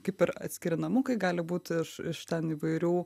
kaip ir atskiri namukai gali būti iš iš ten įvairių